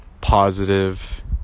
Positive